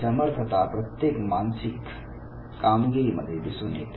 ही समर्थता प्रत्येक मानसिक कामगिरीमध्ये दिसून येते